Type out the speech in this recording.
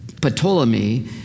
Ptolemy